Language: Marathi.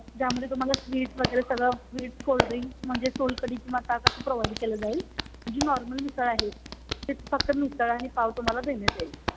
त्यामध्ये तुम्हाला स्वीट् वगैरे सगळं स्वीट् कोल्ड्रिंक म्हणजे सोलकडी किंवा ताक असं प्रोव्हाइड केलं जाईल जी नॉर्मल मिसळ आहे त फक्त मिसळ आणि पाव तुम्हाला देण्यात येईल